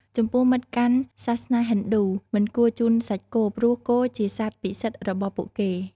ចំពោះមិត្តកាន់សាសនាហិណ្ឌូ មិនគួរជូនសាច់គោ ព្រោះគោជាសត្វពិសិដ្ឋរបស់ពួកគេ។